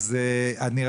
אני בעדך.